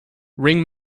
ring